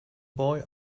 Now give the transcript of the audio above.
boy